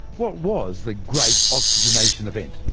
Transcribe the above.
what was the great oxygenation event?